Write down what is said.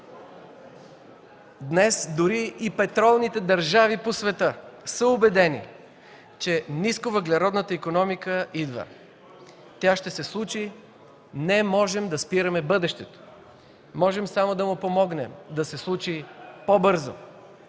Днес дори и петролните държави по света са убедени, че нисковъглеродната икономика идва. Тя ще се случи. Не можем да спираме бъдещето, можем само да му помогнем да се случи по-бързо.